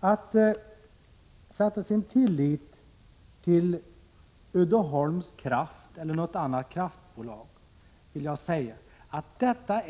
När det gäller att sätta sin tillit till Uddeholms Kraft eller något annat kraftbolag vill jag säga att dessa